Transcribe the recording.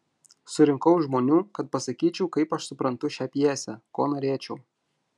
surinkau žmonių kad pasakyčiau kaip aš suprantu šią pjesę ko norėčiau